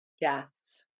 Yes